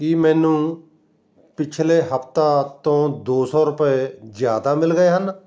ਕੀ ਮੈਨੂੰ ਪਿਛਲੇ ਹਫ਼ਤਾ ਤੋਂ ਦੋ ਸੌ ਰੁਪਏ ਜ਼ਿਆਦਾ ਮਿਲ ਗਏ ਹਨ